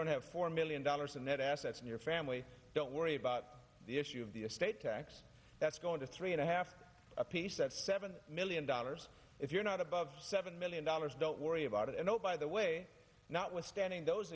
don't have four million dollars in net assets in your family don't worry about the issue of the estate tax that's going to three and a half a piece that's seven million dollars if you're not above seven million dollars don't worry about it and oh by the way notwithstanding those